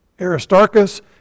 Aristarchus